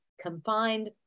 confined